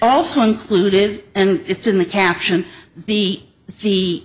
also included and it's in the caption the the